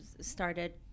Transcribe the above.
started